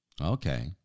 Okay